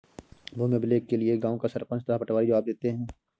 भूमि अभिलेख के लिए गांव का सरपंच तथा पटवारी जवाब देते हैं